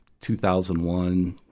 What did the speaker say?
2001